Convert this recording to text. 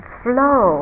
flow